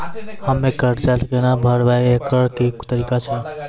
हम्मय कर्जा केना भरबै, एकरऽ की तरीका छै?